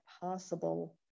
possible